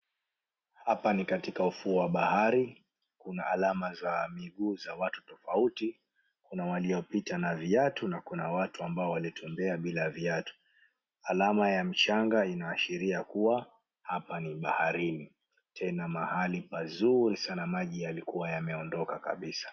Hapa ni katika ufuo wa bahari, kuna alama za miguu za watu tofauti, kuna waliyopita na viatu na kuna watu ambao walitembea bila viatu. Alama ya mchanga inaashiria kuwa hapa ni baharini, tena mahali pazuri sana maji yakiwa yameondoka kabisa.